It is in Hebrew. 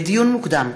לדיון מוקדם,